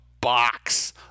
box